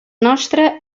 nostra